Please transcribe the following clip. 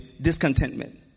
discontentment